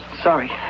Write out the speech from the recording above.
sorry